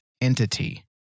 entity